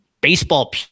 baseball